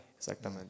Exactamente